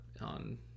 on